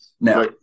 now